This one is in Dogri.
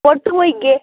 फोटू होइये